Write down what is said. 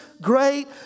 great